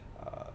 uh